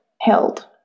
held